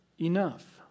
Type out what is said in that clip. enough